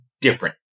different